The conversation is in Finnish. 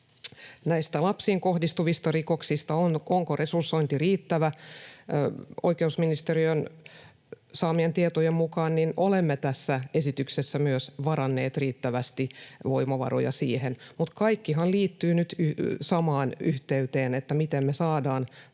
myös lapsiin kohdistuvista rikoksista, onko koko resursointi riittävä. Oikeusministeriön saamien tietojen mukaan olemme tässä esityksessä varanneet myös riittävästi voimavaroja siihen, mutta kaikkihan liittyy nyt samaan yhteyteen, että miten me saadaan